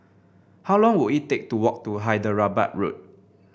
how long will it take to walk to Hyderabad Road